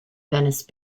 venice